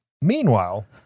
Meanwhile